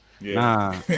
Nah